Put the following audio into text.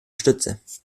unterstütze